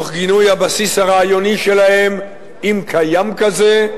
תוך גינוי הבסיס הרעיוני שלהם, אם קיים כזה.